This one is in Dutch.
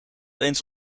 eens